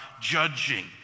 judging